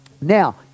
Now